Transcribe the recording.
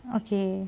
okay